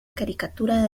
caricatura